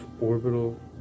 orbital